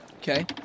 Okay